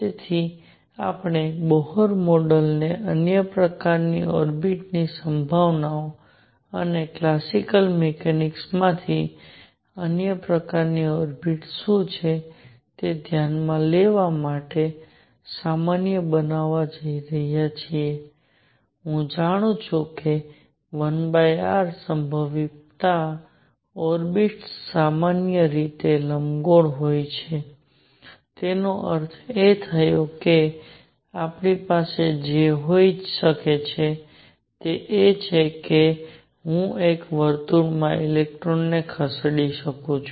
તેથી આપણે બોહર મોડેલને અન્ય પ્રકારની ઓર્બિટ્સ ની સંભાવનાઓ અને ક્લાસિકલ મિકેનિક્સ માંથી અન્ય પ્રકારની ઓર્બિટ્સ શું છે તે ધ્યાનમાં લેવા માટે સામાન્ય બનાવવા જઈ રહ્યા છીએ હું જાણું છું કે 1r સંભવિતતામાં ઓર્બિટ્સ સામાન્ય રીતે લંબગોળ હોય છે એનો અર્થ એ થયો કે મારી પાસે જે હોઈ શકે છે તે એ છે કે હું એક વર્તુળમાં ઇલેક્ટ્રોન ખસેડી શકું છું